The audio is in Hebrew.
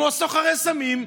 כמו סוחרי סמים.